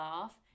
laugh